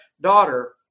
daughter